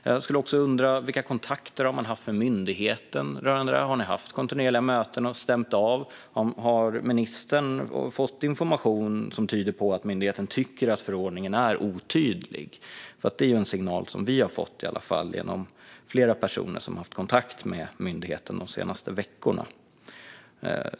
Jag undrar också: Vilka kontakter har man haft med myndigheten rörande detta? Har ni haft kontinuerliga möten och stämt av detta? Har ministern fått information som tyder på att myndigheten tycker att förordningen är otydlig? Det är en signal som vi har fått genom flera personer som har haft kontakt med myndigheten de senaste veckorna.